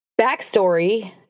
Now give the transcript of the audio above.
Backstory